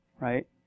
Right